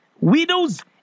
Widows